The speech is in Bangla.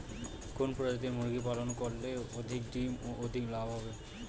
কোন প্রজাতির মুরগি পালন করলে অধিক ডিম ও অধিক লাভ হবে?